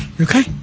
okay